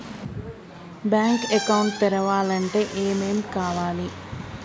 Bank account తెరవాలంటే ఏమేం కావాలి?